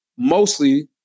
mostly